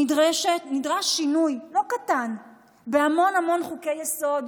נדרש שינוי לא קטן בהמון המון חוקי-יסוד,